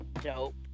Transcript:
dope